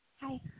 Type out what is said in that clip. hi